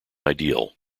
ideal